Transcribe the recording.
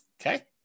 Okay